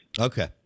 Okay